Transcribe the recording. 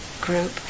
group